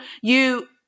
you-